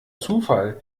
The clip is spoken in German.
zufall